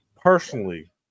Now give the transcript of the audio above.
personally